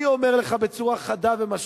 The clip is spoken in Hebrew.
אני אומר לך בצורה חד-משמעית,